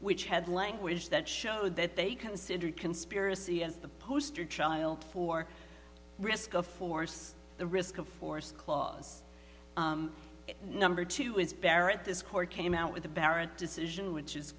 which had language that showed that they considered conspiracy as the poster child for risk of force the risk of force clause number two was barrett this court came out with a beret decision which is